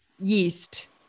yeast